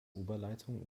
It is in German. oberleitung